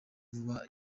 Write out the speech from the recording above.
vuba